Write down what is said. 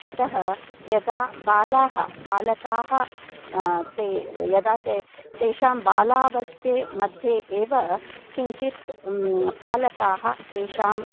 अतः यदा बालाः बालकाः ते यदा ते तेषां बालावस्थामध्ये एव किञ्चित् बालकाः तेषाम्